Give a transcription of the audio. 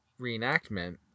reenactment